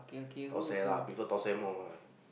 thosai lah I prefer thosai more lah